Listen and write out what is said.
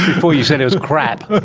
before you said it was crap.